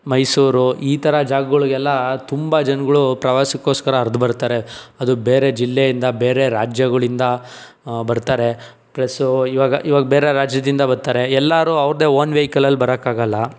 ಮೈಸೂರು ಈ ಥರ ಜಾಗಗಳಿಗೆಲ್ಲ ತುಂಬ ಜನಗಳು ಪ್ರವಾಸಕ್ಕೋಸ್ಕರ ಹರಿದು ಬರ್ತಾರೆ ಅದು ಬೇರೆ ಜಿಲ್ಲೆಯಿಂದ ಬೇರೆ ರಾಜ್ಯಗಳಿಂದ ಬರ್ತಾರೆ ಪ್ಲಸ್ಸು ಈವಾಗ ಈವಾಗ ಬೇರೆ ರಾಜ್ಯದಿಂದ ಬತ್ತಾರೆ ಎಲ್ಲರೂ ಅವ್ರದೇ ಓನ್ ವೆಹಿಕಲಲ್ಲಿ ಬರೋಕ್ಕಾಗಲ್ಲ